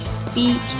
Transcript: speak